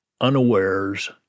unawares